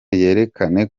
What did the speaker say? yerekane